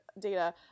data